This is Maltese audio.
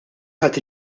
ħadd